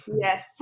Yes